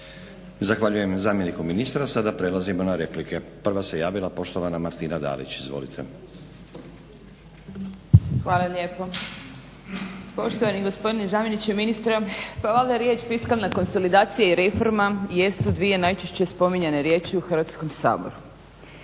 Zahvaljujem zamjeniku ministra. Sada prelazimo na replike. Prva se javila poštovana Martina Dalić. Izvolite. **Dalić, Martina (HDZ)** Hvala lijepo. Poštovani gospodine zamjeniče ministra, pa valjda riječ fiskalna konsolidacija i reforma jesu dvije najčešće spominjane riječi u Hrvatskom saboru.